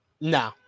No